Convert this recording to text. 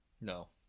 No